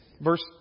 Verse